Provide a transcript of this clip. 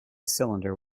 cylinder